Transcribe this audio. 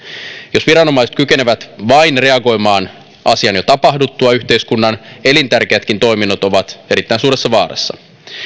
jos viranomaiset kykenevät vain reagoimaan asian jo tapahduttua yhteiskunnan elintärkeätkin toiminnot ovat erittäin suuressa vaarassa